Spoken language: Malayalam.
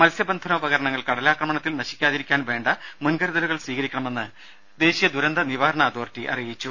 മത്സ്യബന്ധനോപകരണങ്ങൾ കടലാക്രമണത്തിൽ നശിക്കാതിരിക്കാൻ വേണ്ട മുൻകരുതലുകൾ സ്വീകരിക്കണമെന്ന് ദേശീയ ദുരന്ത നിവാരണ അതോറിറ്റി അറിയിച്ചു